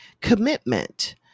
Commitment